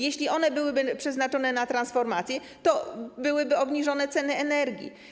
Jeśli one byłyby przeznaczone na transformację, to byłyby obniżone ceny energii.